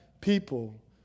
people